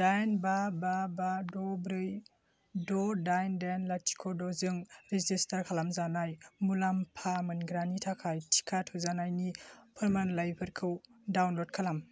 दाइन बा बा बा द' ब्रै द' दाइन दाइन लाथिख' द'जों रेजिस्टार खालामजानाय मुलामफा मोनग्रानि थाखाय टिका थुजानायनि फोरमानलाइफोरखौ डाउनल'ड खालाम